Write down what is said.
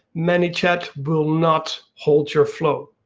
manychat will not halt your flow.